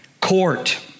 court